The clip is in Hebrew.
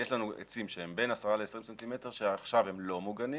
יש לנו עצים שהם בין 10 ל-20 סנטימטרים שעכשיו הם לא מוגנים